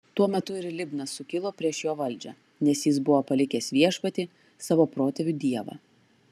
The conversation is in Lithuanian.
tuo metu ir libna sukilo prieš jo valdžią nes jis buvo palikęs viešpatį savo protėvių dievą